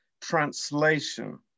translation